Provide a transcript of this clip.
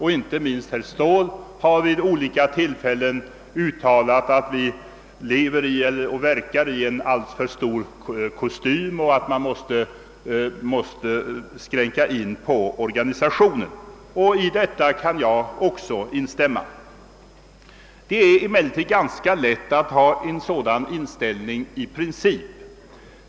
Inte minst har herr Ståhl vid olika tillfällen uttalat att försvaret lever och verkar i en alltför stor kostym och att man måste inskränka på organisationen. Även jag kan instämma i detta. Det är emellertid ganska lätt att ha en sådan inställning i princip.